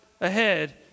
ahead